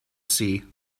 see